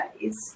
days